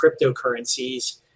cryptocurrencies